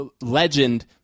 legend